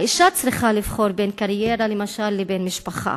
האשה צריכה לבחור, למשל, בין קריירה לבין משפחה,